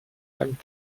fact